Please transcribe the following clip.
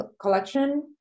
Collection